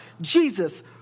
Jesus